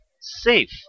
safe